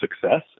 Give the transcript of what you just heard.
success